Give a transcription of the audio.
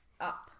up